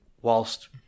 whilst